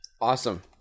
Awesome